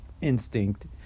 instinct